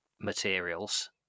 materials